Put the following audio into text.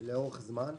לאורך זמן.